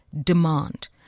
demand